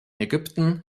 ägypten